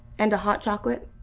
and a hot chocolate?